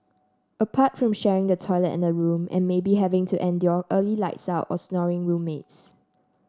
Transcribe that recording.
apart from sharing the toilet and a room and maybe having to endure early lights out or snoring roommates